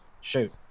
shoot